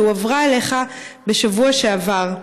שהועברה אליך בשבוע שעבר.